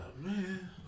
man